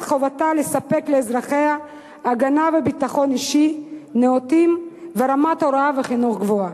חובתה לספק לאזרחיה הגנה וביטחון אישי נאותים ורמת הוראה וחינוך גבוהה.